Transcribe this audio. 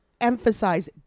emphasize